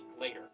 later